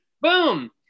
boom